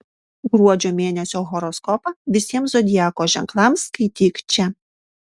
gruodžio mėnesio horoskopą visiems zodiako ženklams skaityk čia